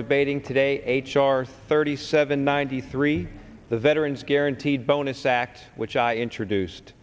debating today h r thirty seven ninety three the veterans guaranteed bonus act which i introduced